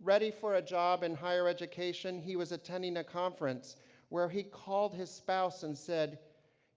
ready for a job in higher education, he was attending a conference where he called his spouse and said